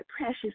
precious